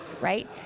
Right